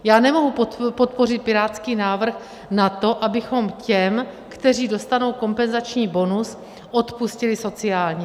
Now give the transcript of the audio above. Já nemohu podpořit pirátský návrh na to, abychom těm, kteří dostanou kompenzační bonus, odpustili sociální.